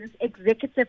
executive